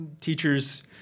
teachers